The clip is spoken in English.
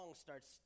starts